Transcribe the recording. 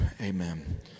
Amen